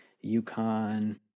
Yukon